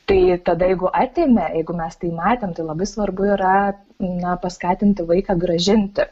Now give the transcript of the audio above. tai tada jeigu atėmė jeigu mes tai matėm tai labai svarbu yra na paskatinti vaiką grąžinti